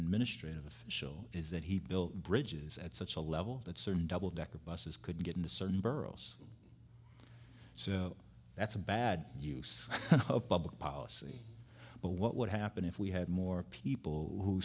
administrative official is that he built bridges at such a level that certain double decker buses couldn't get into certain boroughs so that's a bad use of public policy but what would happen if we had more people who